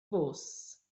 fws